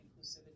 inclusivity